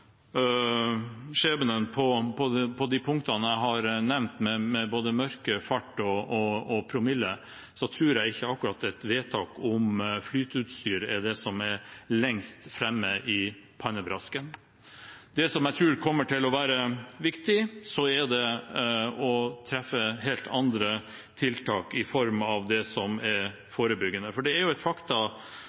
skjebnen på de punktene jeg har nevnt, med både mørke, fart og promille, tror jeg ikke akkurat at et vedtak om flyteutstyr er det som er lengst framme i pannebrasken. Det jeg tror kommer til å være viktig, er å treffe helt andre tiltak i form av det som er forebyggende. Det er jo et